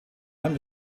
allem